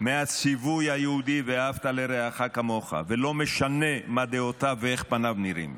מהציווי היהודי "ואהבת לרעך כמוך" ולא משנה מה דעותיו ואיך פניו נראים.